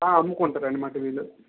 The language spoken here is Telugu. ఆ అమ్ముకుంటారనమాట వీళ్ళు